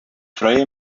freue